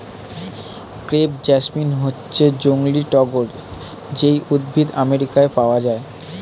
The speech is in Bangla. ক্রেপ জেসমিন হচ্ছে জংলী টগর যেই উদ্ভিদ আমেরিকায় পাওয়া যায়